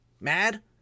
mad